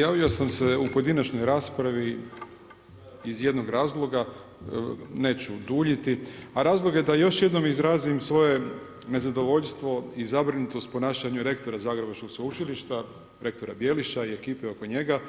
Javio sam se u pojedinačnoj raspravi iz jednog razloga, neću duljiti a razlog je da još jednom izrazim svoje nezadovoljstvo i zabrinutost ponašanjem rektora zagrebačkog Sveučilišta, rektora Bijeliša i ekipe oko njega,